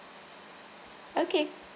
okay